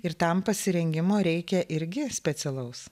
ir tam pasirengimo reikia irgi specialaus